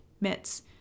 mitts